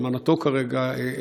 אלמנתו כרגע,